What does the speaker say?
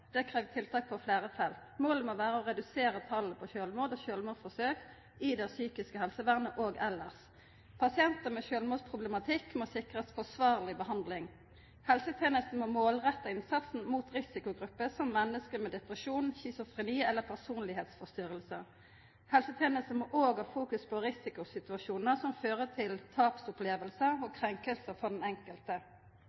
Det krev tiltak på fleire felt. Målet må vera å redusera talet på sjølvmord og sjølvmordsforsøk i det psykiske helsevernet og elles. Pasientar med sjølvmordsproblematikk må sikrast forsvarleg behandling. Helsetenesta må målretta innsatsen mot risikogrupper som menneske med depresjon, schizofreni eller personlegdomsforstyrringar. Helsetenesta må òg ha fokus på risikosituasjonar som fører til tapsopplevingar og